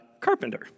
carpenter